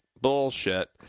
Bullshit